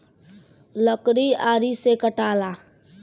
लकड़ी आरी से कटाला